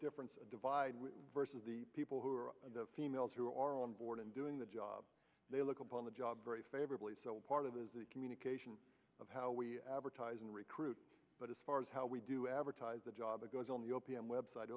difference divide versus the people who are females who are on board and doing the job they look upon the job very favorably so part of it is the communication of how we advertise and recruit but as far as how we do advertise the job it goes on the o p m website